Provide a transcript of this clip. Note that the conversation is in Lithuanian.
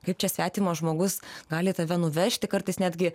kaip čia svetimas žmogus gali tave nuvežti kartais netgi